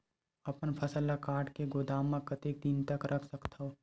अपन फसल ल काट के गोदाम म कतेक दिन तक रख सकथव?